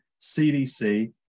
CDC